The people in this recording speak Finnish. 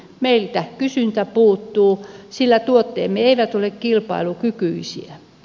meiltä kysyntä puuttuu sillä tuotteemme eivät ole kilpailukykyisiä